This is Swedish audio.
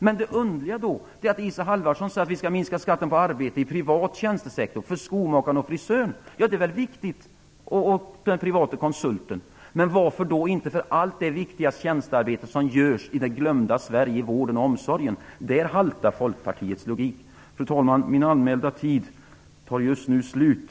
Men det underliga är att Isa Halvarsson sade att vi skall minska skatten på arbete i den privata tjänstesektorn, för skomakaren, frisören och den private konsulten. Varför inte också på allt det viktiga tjänstearbete som görs i det glömda Sverige, inom vården och omsorgen? Där haltar Folkpartiets logik. Fru talman! Min anmälda taletid tar just nu slut.